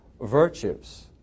virtues